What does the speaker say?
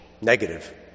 Negative